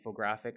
infographic